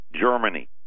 Germany